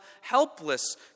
helpless